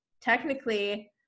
technically